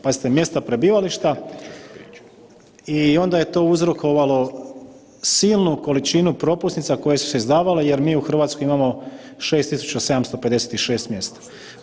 Pazite, mjesta prebivališta i onda je to uzrokovalo silnu količinu propusnica koje su se izdavale jer mi u Hrvatskoj imamo 6756 mjesta.